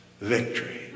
victory